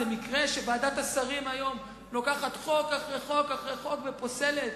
זה מקרה שוועדת השרים היום לוקחת חוק אחרי חוק אחרי חוק ופוסלת?